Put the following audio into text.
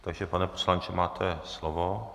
Takže pane poslanče, máte slovo.